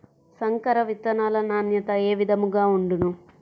సంకర విత్తనాల నాణ్యత ఏ విధముగా ఉండును?